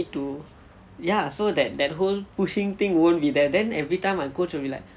to ya so that that whole pushing thing won't be there then every time my coach will be like